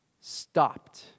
stopped